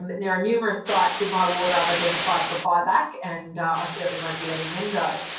um there are numerous sites in my ward i've identified for buyback and i certainly won't be letting them go.